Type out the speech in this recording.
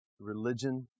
religion